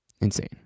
insane